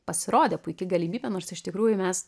pasirodė puiki galimybė nors iš tikrųjų mes